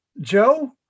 Joe